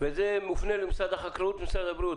וזה מופנה למשרד החקלאות ולמשרד הבריאות,